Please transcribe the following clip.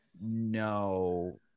No